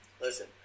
listen